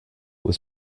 was